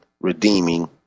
redeeming